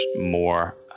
more